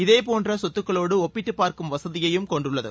இதேபோன்ற சொத்துக்களோடு ஒப்பிட்டுப் பார்க்கும் வசதியையும் கொண்டுள்ளது